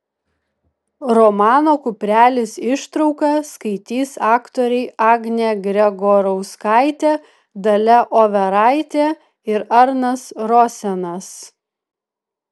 romano kuprelis ištrauką skaitys aktoriai agnė gregorauskaitė dalia overaitė ir arnas rosenas